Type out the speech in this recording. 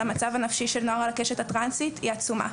המצב הנפשי של נוער על הקשת הטרנסית היא עצומה.